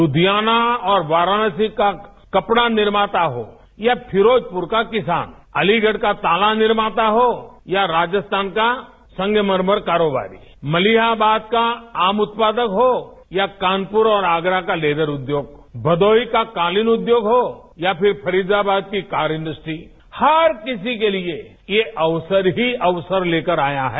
लुधियाना और वाराणसी का कपड़ा निर्माता हो या फिरोजपुर का किसान अलीगढ़ का ताला निर्माता हो या राजस्थान का संगमरमर कारोबार मलियाबाद का आम उत्पादक हो या कानपुर और आगरा का लेजर उद्योग भदौही का कालीन उद्योग हो या फिर फरीदाबाद की कार इंडस्ट्री हर किसी के लिए ये अवसर ही अवसर लेकर आया है